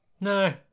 No